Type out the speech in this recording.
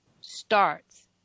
starts